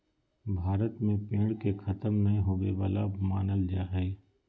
भारत में पेड़ के खतम नय होवे वाला मानल जा हइ